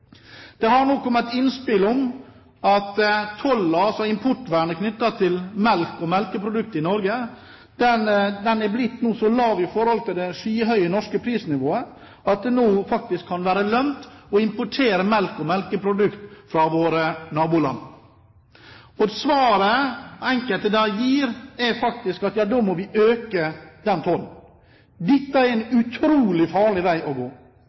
Det har nå kommet innspill om at siden tollen – altså importvernet knyttet til melk og melkeprodukter i Norge – nå er blitt så lav i forhold til det skyhøye norske prisnivået, kan det faktisk lønne seg å importere melk og melkeprodukter fra våre naboland. Og svaret enkelte da gir, er at vi må øke tollen. Dette er en utrolig farlig vei å gå!